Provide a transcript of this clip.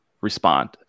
respond